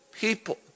people